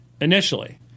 initially